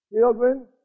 Children